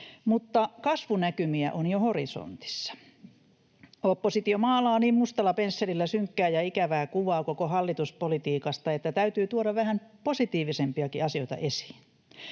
mutta kasvunäkymiä on jo horisontissa. Oppositio maalaa niin mustalla pensselillä synkkää ja ikävää kuvaa koko hallituspolitiikasta, että täytyy tuoda vähän positiivisempiakin asioita esiin.